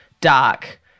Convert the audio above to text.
dark